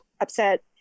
upset